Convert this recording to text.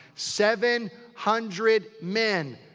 seven hundred men,